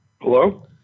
Hello